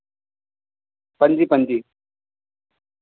पंजी पंजी